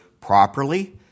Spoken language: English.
properly